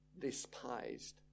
despised